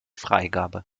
freigabe